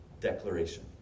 declaration